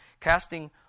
casting